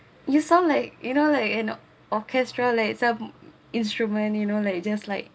you sound like you know like you know orchestra like some instrument you know like just like